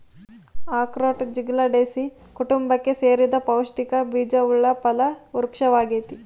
ಅಖ್ರೋಟ ಜ್ಯುಗ್ಲಂಡೇಸೀ ಕುಟುಂಬಕ್ಕೆ ಸೇರಿದ ಪೌಷ್ಟಿಕ ಬೀಜವುಳ್ಳ ಫಲ ವೃಕ್ಪವಾಗೈತಿ